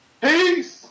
Peace